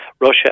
Russia